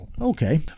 Okay